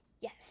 yes